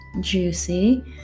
juicy